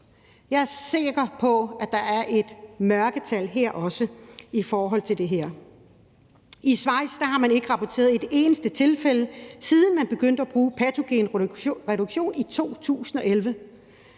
Jeg er sikker på, at der også her er et mørketal. I Schweiz har man ikke rapporteret et eneste tilfælde, siden man begyndte at bruge patogenreduktion i 2011.